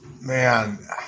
Man